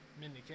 Mindy